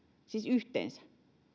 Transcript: siis yhteensä